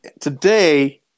Today